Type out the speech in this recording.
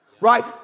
right